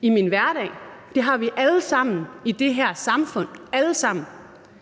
i min hverdag, og det har vi alle sammen i det her samfund – alle sammen.